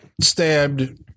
stabbed